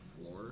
floor